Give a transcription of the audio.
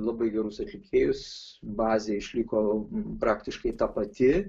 labai gerus atlikėjus bazė išliko praktiškai ta pati